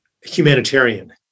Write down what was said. humanitarian